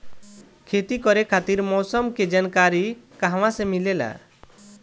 खेती करे खातिर मौसम के जानकारी कहाँसे मिलेला?